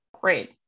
Great